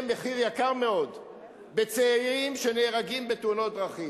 מחיר יקר מאוד בצעירים שנהרגים בתאונות דרכים.